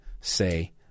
say